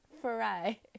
Fry